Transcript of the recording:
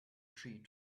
tree